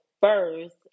first